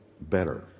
better